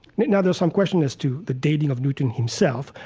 now there's some question as to the dating of newton himself,